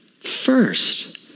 first